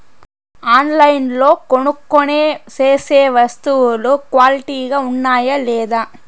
ఆన్లైన్లో కొనుక్కొనే సేసే వస్తువులు క్వాలిటీ గా ఉండాయా లేదా?